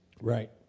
Right